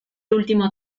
último